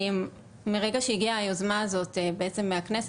מרגע שהגיעה היוזמה הזאת מהכנסת,